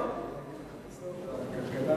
קיצוץ רוחבי, מאה אחוז,